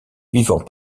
vivant